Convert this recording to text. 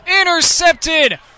Intercepted